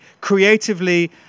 creatively